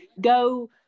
go